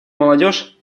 молодежь